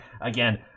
again